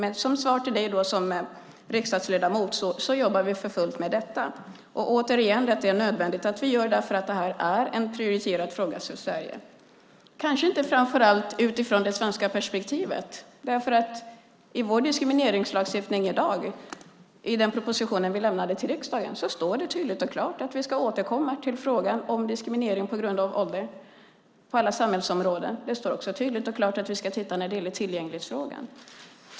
Men mitt svar till dig som riksdagsledamot är att vi jobbar för fullt med detta. Det är nödvändigt, för detta är en prioriterad fråga för Sverige. Kanske är den inte det framför allt utifrån det svenska perspektivet. I vår diskrimineringslagstiftning i dag och i den proposition vi lämnade till riksdagen står det tydligt och klart att vi ska återkomma till frågan om diskriminering på grund av ålder på alla samhällsområden. Det står också tydligt och klart att vi ska titta på tillgänglighetsfrågan.